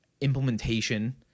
implementation